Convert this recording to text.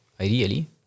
ideally